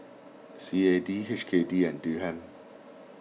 C A D H K D and Dirham